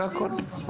זה הכול.